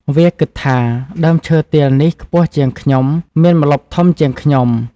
វាគិតថា៖ "ដើមឈើទាលនេះខ្ពស់ជាងខ្ញុំ មានម្លប់ធំជាងខ្ញុំ។